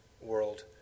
world